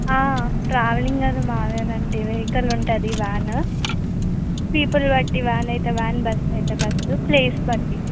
travelling అది మావేనండి vehicle ఉంటుంది వ్యాన్ పీపుల్ బట్టి వ్యాన్ అయితే వ్యాన్ బస్ అయితే బస్ ప్లేస్ బట్టి